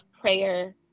prayer